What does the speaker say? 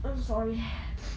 I'm sorry